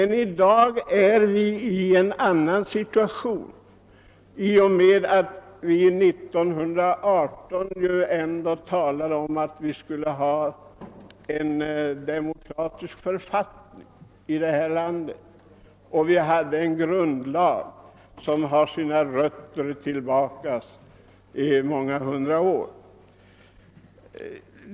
I dag är vi emellertid i en annan situation, eftersom man år 1918 ändå bestämde att det skulle vara en demokratisk författ ning i detta land. Vi har också en grundlag med rötter många hundra år tillbaka i tiden.